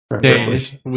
Days